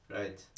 right